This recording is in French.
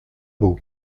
beau